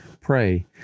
pray